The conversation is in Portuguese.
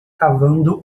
cavando